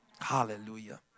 Hallelujah